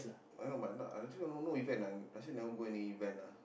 I know but no I don't think no event ah last year never go any event lah